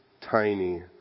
tiny